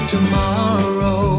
Tomorrow